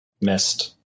Mist